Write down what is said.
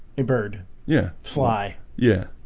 hey bird yeah fly yeah.